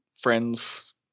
friends